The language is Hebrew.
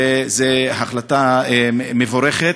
וזו החלטה מבורכת.